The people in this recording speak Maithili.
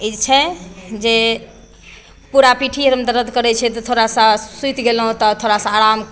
ई जे छै जे पूरा पिठ्ठी आरमे दरद करैत छै तऽ थोड़ा सा सुति गेलहुँ तऽ थोड़ा सा आराम